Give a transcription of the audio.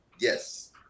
Yes